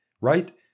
right